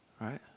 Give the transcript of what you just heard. right